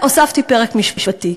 והוספתי פרק משפטי,